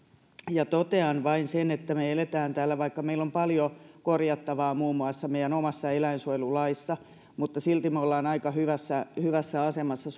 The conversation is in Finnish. ja totean vain sen että vaikka meillä on paljon korjattavaa muun muassa meidän omassa eläinsuojelulaissa silti me olemme suomessa aika hyvässä hyvässä asemassa